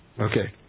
Okay